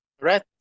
right